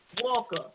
Walker